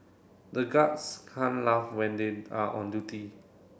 the guards can't laugh when they are on duty